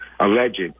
alleged